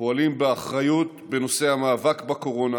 פועלים באחריות בנושא המאבק בקורונה